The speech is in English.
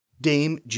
Dame